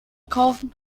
kaufen